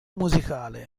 musicale